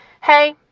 hey